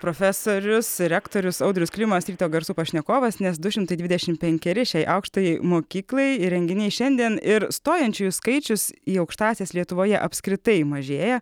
profesorius rektorius audrius klimas ryto garsų pašnekovas nes du šimtai dvidešimt penkeri šiai aukštajai mokyklai įrenginiai šiandien ir stojančiųjų skaičius į aukštąsias lietuvoje apskritai mažėja